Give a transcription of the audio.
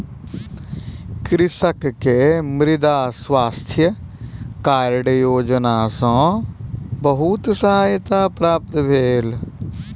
कृषक के मृदा स्वास्थ्य कार्ड योजना सॅ बहुत सहायता प्राप्त भेल